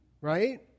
right